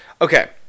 Okay